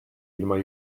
ilma